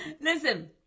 Listen